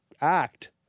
act